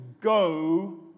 go